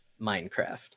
Minecraft